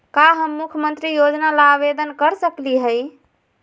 का हम मुख्यमंत्री योजना ला आवेदन कर सकली हई?